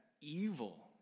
evil